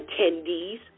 attendees